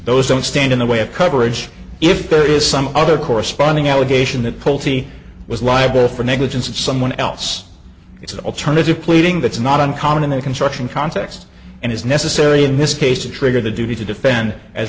those don't stand in the way of coverage if there is some other corresponding allegation that pulte was liable for negligence and someone else it's an alternative pleading that's not uncommon in the construction context and is necessary in this case to trigger the duty to defend as